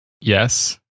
Yes